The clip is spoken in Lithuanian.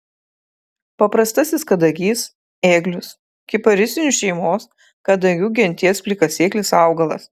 paprastasis kadagys ėglius kiparisinių šeimos kadagių genties plikasėklis augalas